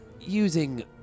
using